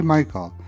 Michael